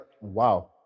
wow